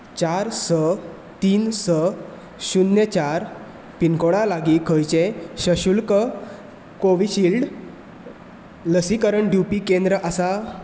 चार स तीन स शून्य चार पिनकोडा लागीं खंयचें सशुल्क कोविशिल्ड लसीकरण दिवपी केंद्र आसा